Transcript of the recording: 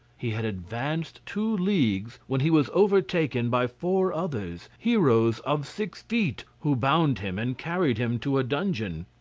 he had advanced two leagues when he was overtaken by four others, heroes of six feet, who bound him and carried him to a dungeon.